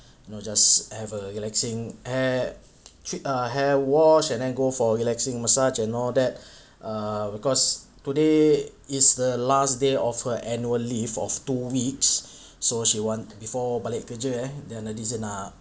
you know just have a relaxing hair trim err hair wash and then go for a relaxing massage and all that err because today is the last day of her annual leave of two weeks so she wanted before balik kerja eh jadi dia nak